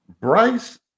Bryce